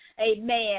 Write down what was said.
Amen